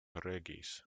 regis